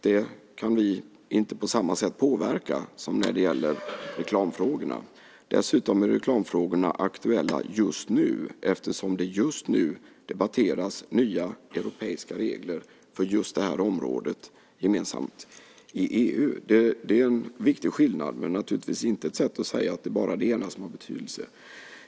Det kan vi inte på samma sätt påverka som när det gäller reklamfrågorna. Dessutom är reklamfrågorna aktuella nu eftersom det just nu debatteras nya gemensamma europeiska regler för det här området i EU. Det är en viktig skillnad, men naturligtvis inte ett sätt att säga att det bara är det ena som är av betydelse.